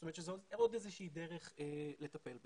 זאת אומרת שזה עוד איזושהי דרך לטפל בזה.